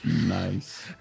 Nice